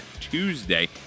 Tuesday